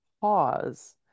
pause